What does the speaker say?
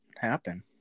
happen